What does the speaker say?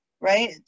right